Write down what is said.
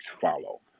follow